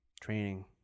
training